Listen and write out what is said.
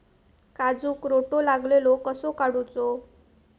काजूक रोटो लागलेलो कसो काडूचो?